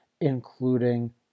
including